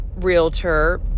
realtor